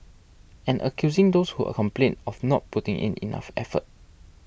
and accusing those who're complained of not putting in enough effort